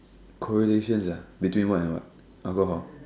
correlations ah between what and what alcohol